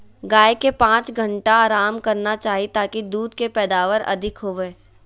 गाय के पांच घंटा आराम करना चाही ताकि दूध के पैदावार अधिक होबय